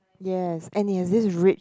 yes and it has this rich